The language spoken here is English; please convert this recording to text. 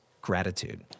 gratitude